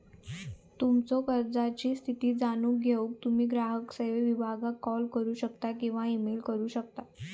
तुमच्यो कर्जाची स्थिती जाणून घेऊक तुम्ही ग्राहक सेवो विभागाक कॉल करू शकता किंवा ईमेल करू शकता